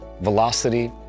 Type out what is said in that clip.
Velocity